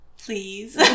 please